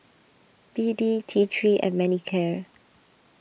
B D T three and Manicare